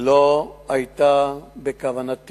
לא היה בכוונתי,